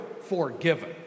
forgiven